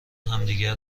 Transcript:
همدیگه